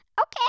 Okay